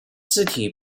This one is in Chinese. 字体